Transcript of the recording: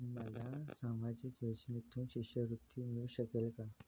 मला सामाजिक योजनेतून शिष्यवृत्ती मिळू शकेल का?